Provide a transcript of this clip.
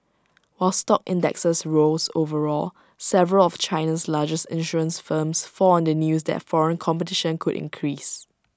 while stock indexes rose overall several of China's largest insurance firms fell on the news that foreign competition could increase